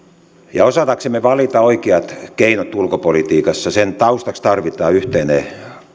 osataksemme valita oikeat keinot ulkopolitiikassa sen taustaksi tarvitaan yhteinen